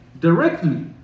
directly